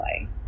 play